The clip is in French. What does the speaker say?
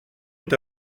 est